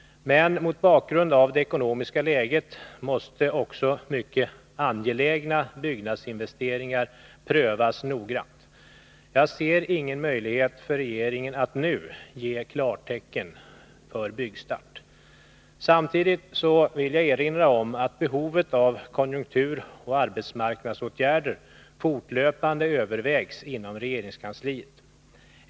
Men mot bakgrund av det 9 november 1982 ekonomiska läget måste även mycket angelägna byggnadsinvesteringar noggrant prövas. Jag ser ingen möjlighet för regeringen att nu ge klartecken för byggstart. Samtidigt vill jag erinra om att behovet av konjunkturoch arbetsmarknadsåtgärder fortlöpande övervägs inom regeringskansliet.